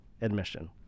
admission